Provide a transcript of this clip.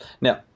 Now